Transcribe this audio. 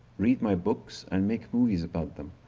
read my books and make movies about them.